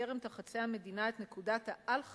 בטרם תחצה המדינה את נקודת האל-חזור,